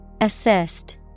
Assist